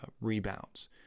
rebounds